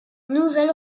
nouvelles